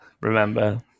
remember